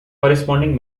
corresponding